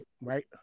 Right